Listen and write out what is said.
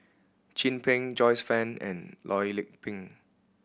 Chin Peng Joyce Fan and Loh Lik Peng